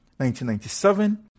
1997